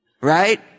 Right